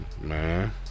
Man